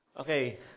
Okay